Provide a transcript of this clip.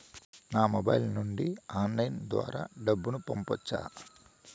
నా మొబైల్ నుండి ఆన్లైన్ ద్వారా డబ్బును పంపొచ్చా